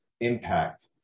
impact